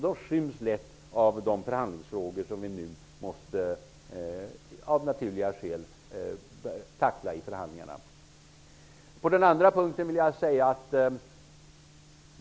De skyms lätt av de förhandlingsfrågor som vi måste, av naturliga skäl, tackla.